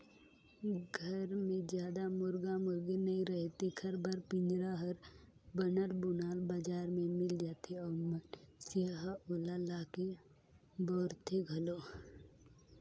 घर मे जादा मुरगा मुरगी नइ रहें तेखर बर पिंजरा हर बनल बुनाल बजार में मिल जाथे अउ मइनसे ह ओला लाके बउरथे घलो